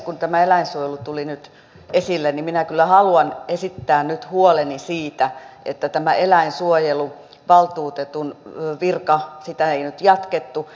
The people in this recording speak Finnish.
kun tämä eläinsuojelu tuli nyt esille niin minä kyllä haluan esittää nyt huoleni siitä että eläinsuojeluvaltuutetun virkaa ei jatkettu